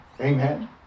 Amen